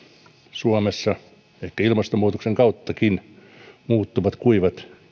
suomessa ehkä ilmastonmuutoksen kauttakin muuttuvat kuivat